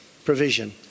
provision